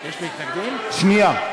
שנייה.